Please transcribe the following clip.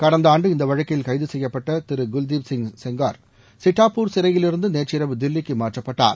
கடந்த ஆண்டு இந்த வழக்கில் கைது செய்யப்பட்ட திரு குல்தீப் சிங் சிட்டாப்பூர் சிறையிலிருந்து நேற்றிரவு தில்லிக்கு மாற்றப்பட்டார்